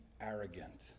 arrogant